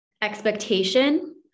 expectation